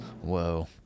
whoa